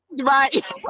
Right